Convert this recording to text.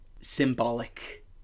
symbolic